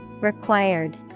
Required